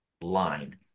line